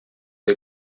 der